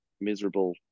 miserable